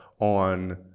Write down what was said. on